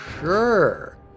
sure